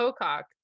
Pocock